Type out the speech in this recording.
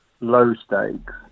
low-stakes